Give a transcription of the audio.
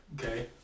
okay